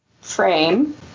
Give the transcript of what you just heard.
frame